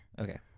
Okay